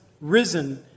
risen